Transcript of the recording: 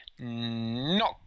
No